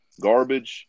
Garbage